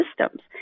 systems